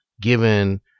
given